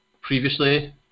previously